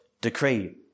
decree